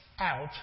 out